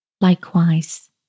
Likewise